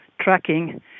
tracking